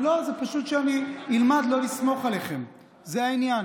לא, זה פשוט שאני אלמד לא לסמוך עליכם, זה העניין.